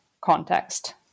context